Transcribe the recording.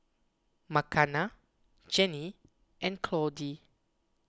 Makenna Jennie and Claudie